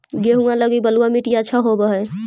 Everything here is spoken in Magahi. गेहुआ लगी बलुआ मिट्टियां अच्छा होव हैं?